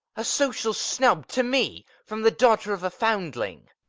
a social snub to me! from the daughter of a foundling!